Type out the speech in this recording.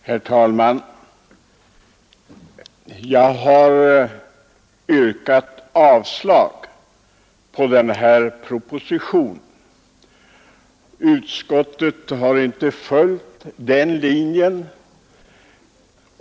Herr talman! Jag har yrkat avslag på den här propositionen. Utskottet har inte följt den linjen.